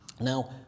Now